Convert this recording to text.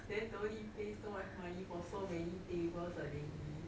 then don't need pay so much money for so many tables already